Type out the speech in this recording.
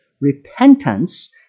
repentance